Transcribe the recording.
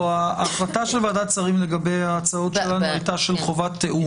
ההחלטה של ועדת השרים לגבי ההצעות שלנו הייתה של חובת תיאום.